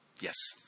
Yes